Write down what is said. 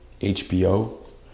HBO